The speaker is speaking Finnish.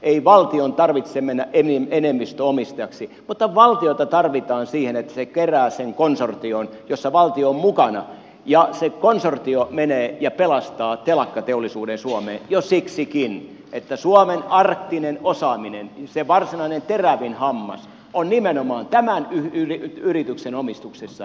ei valtion tarvitse mennä enemmistöomistajaksi mutta valtiota tarvitaan siihen että se kerää sen konsortion jossa valtio on mukana ja se konsortio menee ja pelastaa telakkateollisuuden suomeen jo siksikin että suomen arktinen osaaminen se varsinainen terävin hammas on nimenomaan tämän yrityksen omistuksessa